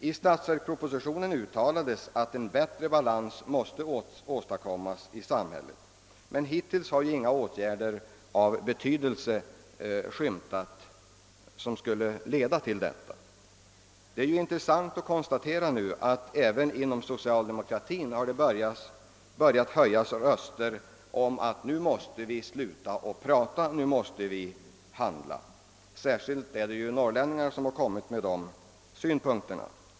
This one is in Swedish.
I statsverkspropositionen uttalades att en bättre balans måste åstadkommas i samhället, men hittills har det inte skymtat några åtgärder av betydelse som skulle leda till detta. Det är intressant att nu konstatera att det även inom socialdemokratin har börjat höjas röster för att vi måste sluta att prata och att vi måste handla. Särskilt är det norrlänningar som har anfört sådana synpunkter.